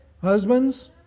husbands